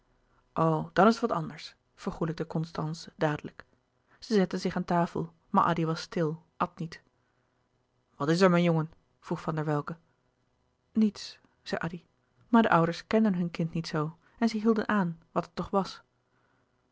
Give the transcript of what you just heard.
dan is het wat anders vergoêlijkte constance dadelijk zij zetten zich aan tafel maar addy was stil at niet wat is er mijn jongen vroeg van der welcke niets zei addy maar de ouders kenden hun kind niet zoo en zij hielden aan wat er toch was